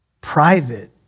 private